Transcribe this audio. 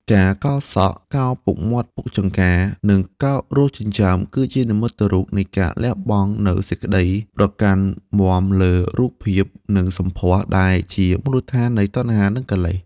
ការកោរសក់ កោរពុកមាត់ពុកចង្កា និងកោររោមចិញ្ចើម គឺជានិមិត្តរូបនៃការលះបង់នូវសេចក្តីប្រកាន់មាំលើរូបកាយ និងសម្ផស្ស ដែលជាមូលដ្ឋាននៃតណ្ហា និងកិលេស។